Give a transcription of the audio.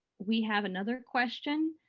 we have another question.